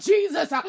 Jesus